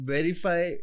Verify